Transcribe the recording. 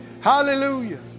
Hallelujah